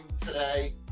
today